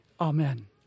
Amen